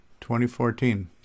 2014